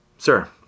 Sir